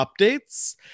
updates